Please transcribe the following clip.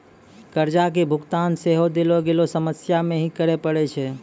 कर्जा के भुगतान सेहो देलो गेलो समय मे ही करे पड़ै छै